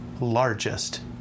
largest